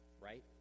right